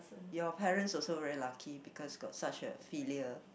your parents also really lucky because got such a filler